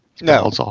No